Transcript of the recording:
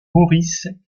maurice